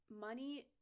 money